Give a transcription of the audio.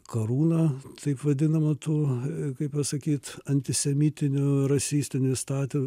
karūną taip vadinamą to kaip pasakyt antisemitinių rasistinių įstatymo